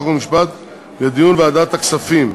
חוק ומשפט לוועדת הכספים.